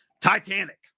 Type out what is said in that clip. titanic